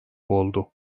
oldu